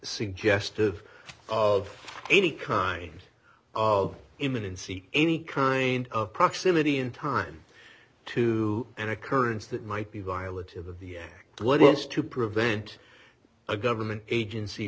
suggestive of any kind of immanency any kind of proximity in time to an occurrence that might be violent in the what's to prevent a government agency